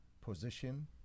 position